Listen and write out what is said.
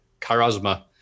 charisma